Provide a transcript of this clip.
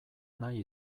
nahi